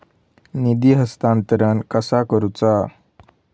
निधी हस्तांतरण कसा करुचा?